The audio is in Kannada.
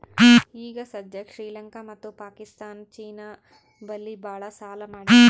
ಈಗ ಸದ್ಯಾಕ್ ಶ್ರೀಲಂಕಾ ಮತ್ತ ಪಾಕಿಸ್ತಾನ್ ಚೀನಾ ಬಲ್ಲಿ ಭಾಳ್ ಸಾಲಾ ಮಾಡ್ಯಾವ್